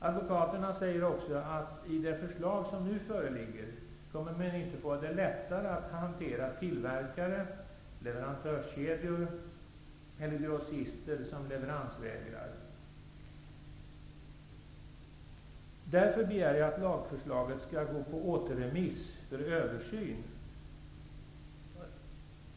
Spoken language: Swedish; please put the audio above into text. Advokaterna säger också att det förslag som nu föreligger inte kommer att göra det lättare att hantera tillverkare, leverantörskedjor eller grossister som leveransvägrar. Jag begär därför att lagförslaget skall gå på återrremiss för översyn.